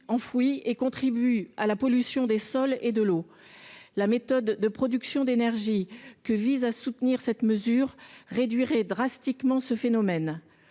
enfouis et contribuent à la pollution des sols et de l’eau. La méthode de production d’énergie que cette mesure vise à soutenir réduirait drastiquement ce phénomène.